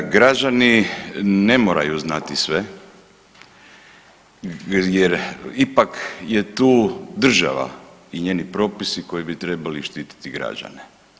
Građani ne moraju znati sve jer ipak je tu država i njeni propisi koji bi trebali štititi građane.